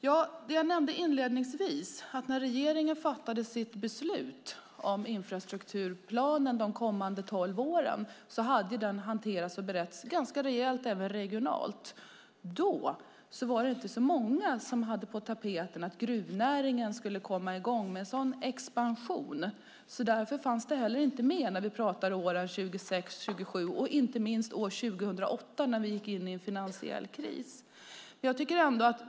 Jag nämnde inledningsvis att när regeringen fattade sitt beslut om infrastrukturplanen de kommande tolv åren hade den hanterats och beretts ganska rejält även regionalt. Då var det inte så många som hade på tapeten att gruvnäringen skulle komma i gång med en sådan expansion. Därför fanns den inte heller med när vi pratade om åren 2006-2007 och inte heller år 2008 när vi gick in i en finansiell kris.